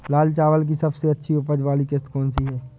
लाल चावल की सबसे अच्छी उपज वाली किश्त कौन सी है?